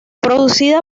producida